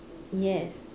yes